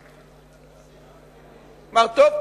הוא אמר: טוב,